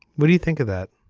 what do you think of that